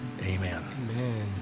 Amen